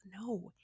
No